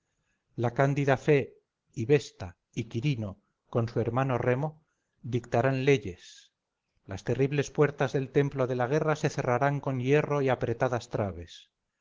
la cándida fe y vesta y quirino con su hermano remo dictarán leyes las terribles puertas del templo de la guerra se cerrarán con hierro y apretadas trabes